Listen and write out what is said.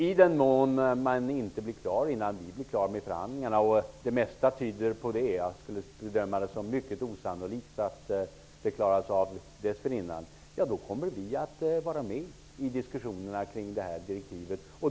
I den mån man inte blir klar innan vi blir klara med förhandlingarna -- jag bedömer det som mycket osannolikt att det klaras av dessförinnan -- kommer vi att vara med i diskussionerna om direktivet.